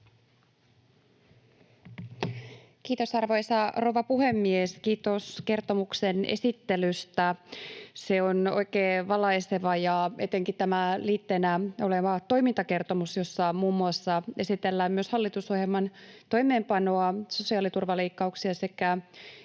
Kiitos, arvoisa rouva puhemies! Kiitos kertomuksen esittelystä. Se on oikein valaiseva ja etenkin tämä liitteenä oleva toimintakertomus, jossa muun muassa esitellään myös hallitusohjelman toimeenpanoa, sosiaaliturvaleikkauksia sekä